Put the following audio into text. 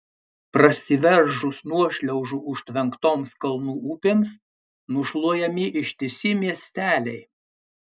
prasiveržus nuošliaužų užtvenktoms kalnų upėms nušluojami ištisi miesteliai